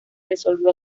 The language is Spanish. resolvió